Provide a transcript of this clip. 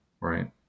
right